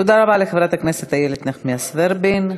תודה רבה לחברת הכנסת איילת נחמיאס ורבין.